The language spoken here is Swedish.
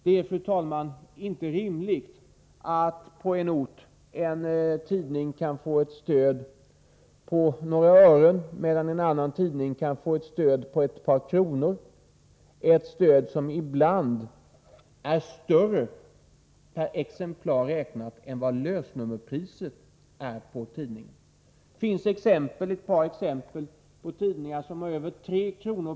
Det är inte rimligt att på en viss ort den ena tidningen får ett stöd på några ören medan den andra tidningen kan få ett stöd på ett par kronor, ett stöd som ibland är större per exemplar räknat än lösnummerpriset på tidningen. Det finns ett par exempel på tidningar som har över 3 kr.